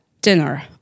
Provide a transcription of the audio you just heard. dinner